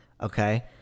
okay